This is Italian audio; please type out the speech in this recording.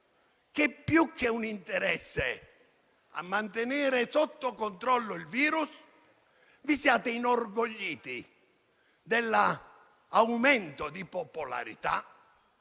che, più che un interesse a mantenere sotto controllo il virus, vi siate inorgogliti dell'aumento di popolarità